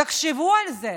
תחשבו על זה.